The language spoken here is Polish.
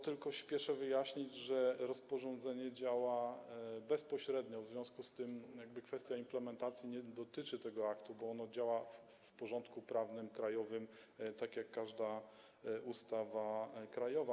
Tylko spieszę wyjaśnić, że rozporządzenie działa bezpośrednio, w związku z tym kwestia implementacji nie dotyczy tego aktu, bo on działa w porządku prawnym krajowym, tak jak każda ustawa krajowa.